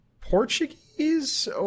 Portuguese